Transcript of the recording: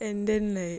and then like